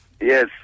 Yes